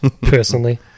personally